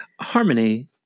Harmony